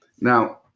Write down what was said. Now